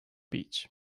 beach